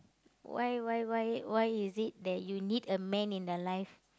why why why why is it that you need a man in your life